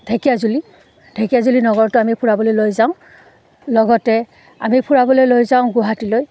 ঢেকীয়াাজুলি ঢেকীয়াাজুলি নগৰটো আমি ফুৰাবলৈ লৈ যাওঁ লগতে আমি ফুৰাবলৈ লৈ যাওঁ গুৱাহাটীলৈ